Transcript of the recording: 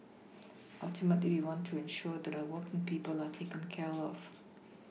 ultimately we want to ensure that our working people are taken care of